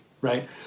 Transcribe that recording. right